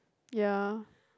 ya